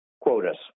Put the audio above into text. quotas